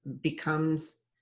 becomes